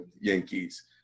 Yankees